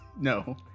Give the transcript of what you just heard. no